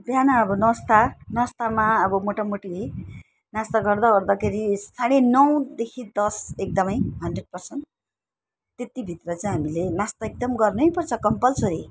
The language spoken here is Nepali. बिहान अब नास्ता नास्तामा अब मोटामोटी नास्ता गर्दाओर्दाखेरि साढे नौदेखि दस एकदमै हन्ड्रेड पर्सेन्ट त्यत्तिभित्रमा चाहिँ हामीले नास्ता एकदम गर्नैपर्छ कम्पलसरी